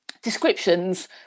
descriptions